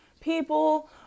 people